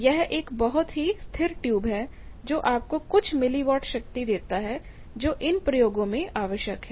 यह एक बहुत ही स्थिर ट्यूब है जो आपको कुछ मिलीवाट शक्ति देता है जो इन प्रयोगों में आवश्यक है